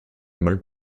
mal